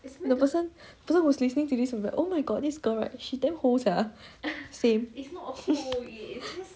the person the person who's listening to this right would be like oh my god this girl right she damn hoe sia same